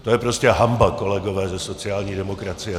To je prostě hanba, kolegové ze sociální demokracie.